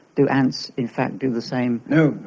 do ants in fact do the same? no,